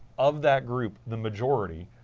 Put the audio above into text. of that group, the majority,